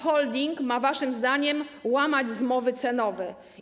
Holding ma waszym zdaniem łamać zmowy cenowe.